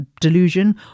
delusion